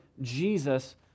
Jesus